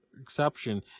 Exception